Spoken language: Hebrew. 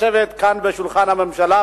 לשבת כאן ליד שולחן הממשלה,